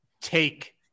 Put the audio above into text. take